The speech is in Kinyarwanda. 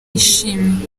yishimiye